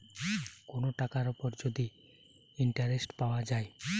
কোন টাকার উপর যদি ইন্টারেস্ট পাওয়া যায়